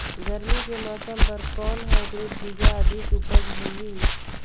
गरमी के मौसम बर कौन हाईब्रिड बीजा अधिक उपज होही?